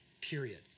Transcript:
period